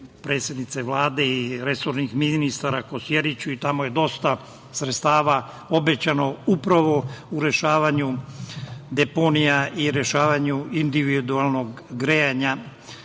predsednice Vlade i resornih ministara Kosjeriću, tamo je dosta sredstava obećano upravo za rešavanje problema deponija i individualnog grejanja,